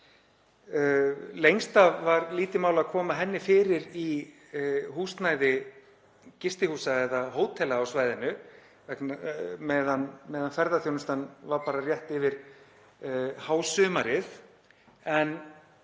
Lengst af var lítið mál að koma henni fyrir í húsnæði gistihúsa eða hótela á svæðinu meðan ferðaþjónustan var bara rétt yfir hásumarið. En